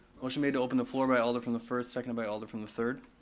motion made to open the floor by alder from the first, second by alder from the third.